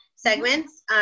segments